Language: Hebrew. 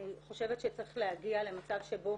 אני חושבת שצריך להגיע למצב שבו